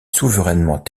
souverainement